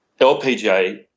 LPGA